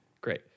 Great